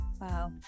Wow